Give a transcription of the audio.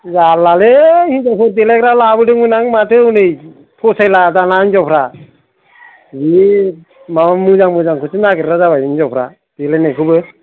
जारलालै हिनजावफोर देलायग्रा लाबोदोंमोन आं माथो हनै फसायला दाना हिनजावफ्रा नै माबा मोजां मोजांखौसो नागिरग्रा जाबाय हिनजावफ्रा देलायनायखौबो